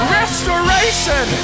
restoration